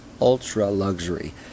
ultra-luxury